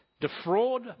defraud